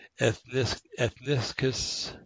ethniscus